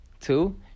Two